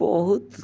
बहुत